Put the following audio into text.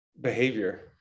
behavior